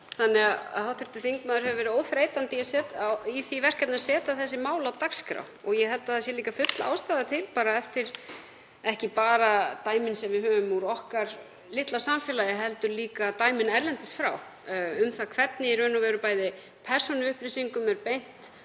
fyrirspurn. Hv. þingmaður hefur verið óþreytandi í því verkefni að setja þessi mál á dagskrá og ég held að það sé líka full ástæða til, ekki bara dæmin sem við höfum úr okkar litla samfélagi heldur líka dæmin erlendis um það hvernig persónuupplýsingum er beitt